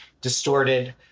distorted